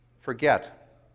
forget